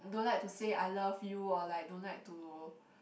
don't like to say I love you or like don't like to